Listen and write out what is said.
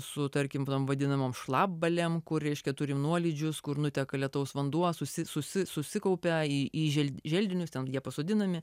su tarkime tom vadinamom kur reiškia turime nuolydžius kur nuteka lietaus vanduo susikaupia į želdinius ten jie pasodinami